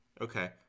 Okay